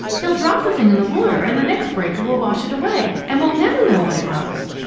he'll drop the thing in the water and the next breaker will wash it away, and we'll never know what it was!